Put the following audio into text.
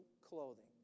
clothing